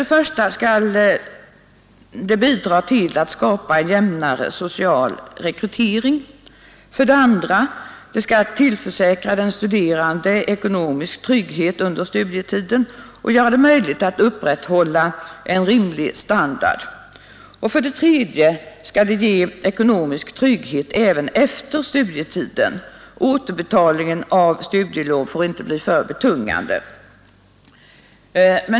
Det skall bidra till att skapa en jämnare social rekrytering. 2. Det skall tillförsäkra den studerande ekonomisk trygghet under studietiden och göra det möjligt att upprätthålla en rimlig standard. 3. Det skall ge ekonomisk trygghet även efter studietiden. Återbetalningen av studielån får inte bli för betungande.